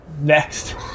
next